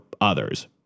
others